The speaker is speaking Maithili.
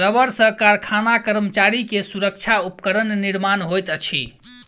रबड़ सॅ कारखाना कर्मचारी के सुरक्षा उपकरण निर्माण होइत अछि